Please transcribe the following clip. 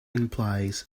implies